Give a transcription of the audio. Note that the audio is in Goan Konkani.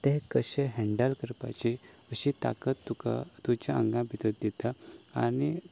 तें कशें हँडल करपाची अशी ताकत तुका तुज्या आंगांत भितर दिता आनी